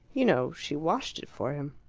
you know, she washed it for him.